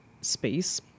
space